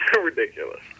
ridiculous